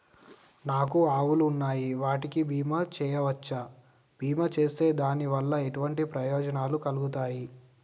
నాకు ఆవులు ఉన్నాయి వాటికి బీమా చెయ్యవచ్చా? బీమా చేస్తే దాని వల్ల ఎటువంటి ప్రయోజనాలు ఉన్నాయి?